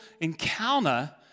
encounter